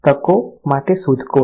તકો માટે શોધખોળ